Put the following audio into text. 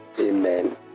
Amen